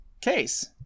case